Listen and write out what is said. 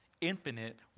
infinite